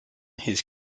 his